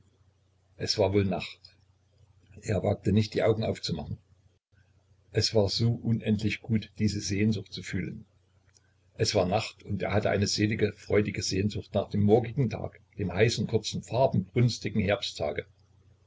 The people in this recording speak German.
es war wohl nacht er wagte nicht die augen aufzumachen es war so unendlich gut diese sehnsucht zu fühlen es war nacht und er hatte eine selige freudige sehnsucht nach dem morgigen tag dem heißen kurzen farbenbrünstigen herbsttage